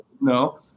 No